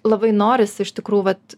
labai norisi iš tikrųjų vat